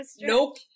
Nope